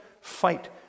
fight